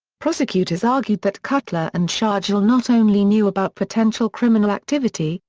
prosecutors argued that cutler and shargel not only knew about potential criminal activity,